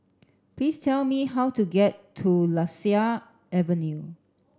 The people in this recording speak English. please tell me how to get to Lasia Avenue